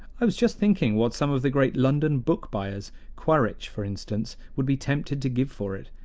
i was just thinking what some of the great london book-buyers quaritch, for instance would be tempted to give for it.